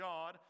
God